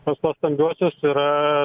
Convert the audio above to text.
pas tuos stambiuosius yra